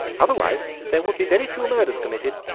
otherwise there would be very few murders committed.